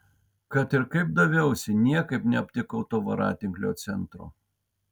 kad ir kaip daviausi niekaip neaptikau to voratinklio centro